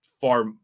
far